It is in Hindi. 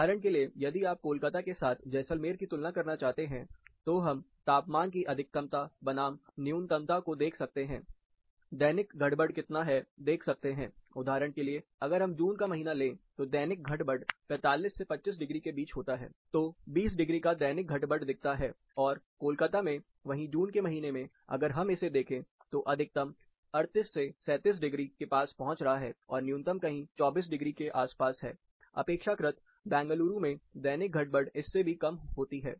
उदाहरण के लिए यदि आप कोलकाता के साथ जैसलमेर की तुलना करना चाहते हैं तो हम तापमान की अधिकतमता बनाम न्यूनतमता को देख सकते हैं दैनिक घटबढ़ कितना है देख सकते हैं उदाहरण के लिए अगर हम जून का महीना ले तो दैनिक घटबढ़ 45 से 25 डिग्री के बीच होता है तो 20 डिग्री का दैनिक घट बढ़ दिखता है और कोलकाता में वही जून के महीने में अगर हम इसे देखें तो अधिकतम 38 37 डिग्री के पास पहुंच रहा है और न्यूनतम कहीं 24 डिग्री के आसपास है अपेक्षाकृत बेंगलुरु में दैनिक घट बढ़ इससे भी कम होती है